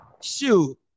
shoot